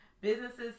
Businesses